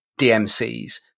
DMCs